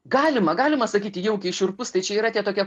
galima galima sakyti jaukiai šiurpus tai čia yra tie tokie